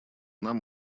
нам